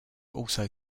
also